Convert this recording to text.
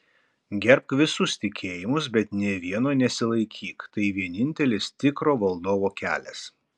gerbk visus tikėjimus bet nė vieno nesilaikyk tai vienintelis tikro valdovo kelias